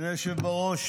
היושב בראש,